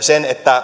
sen että